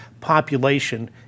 population